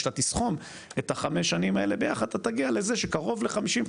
כשאתה תסכום את חמש השנים האלה ביחד אתה תגיע לזה שקרוב ל-50,000,